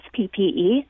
PPE